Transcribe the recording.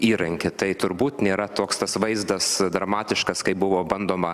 įrankį tai turbūt nėra toks tas vaizdas dramatiškas kaip buvo bandoma